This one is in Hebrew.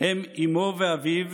הם אימו ואביו,